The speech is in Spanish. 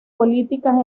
políticas